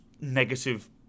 negative